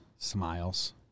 Smiles